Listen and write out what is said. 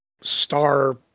star